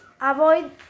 avoid